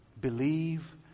Believe